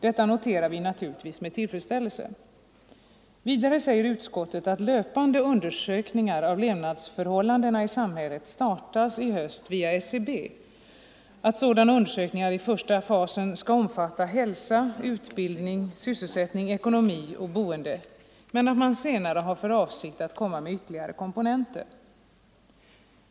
Detta noterar vi naturligtvis med tillfredsställelse. Vidare säger utskottet att löpande undersökningar av levnadsförhållandena i samhället startas i höst via SCB. Sådana undersökningar skall i första fasen omfatta hälsa, utbildning, sysselsättning, ekonomi och boende, men man har senare för avsikt att taga med ytterligare komponenter.